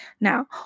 Now